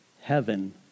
heaven